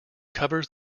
covers